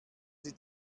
sie